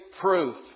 proof